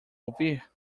ouvir